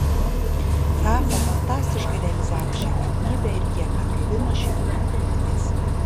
rafa fantastiškai realizavo šią galimybę ir kiek atgaivino šeimininkų viltis